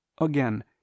again